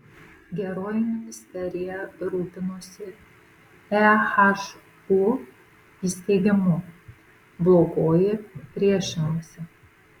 geroji ministerija rūpinosi ehu įsteigimu blogoji priešinosi